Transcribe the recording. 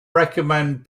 recommend